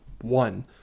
one